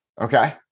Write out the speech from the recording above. Okay